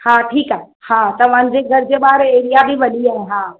हा ठीकु आहे हा तव्हांजे घरु जे ॿाहिरि एरिआ बि वॾी आहे हा